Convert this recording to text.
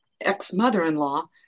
ex-mother-in-law